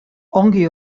ongi